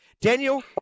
Daniel